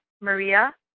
Maria